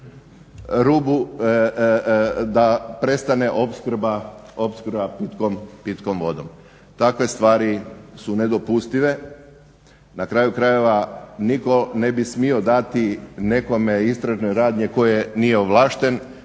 rubu da prestane opskrba pitkom vodom. Takve stvari su nedopustive. Na kraju krajeva niko ne bi smio dati nekome istražne radnje koje nije ovlašten.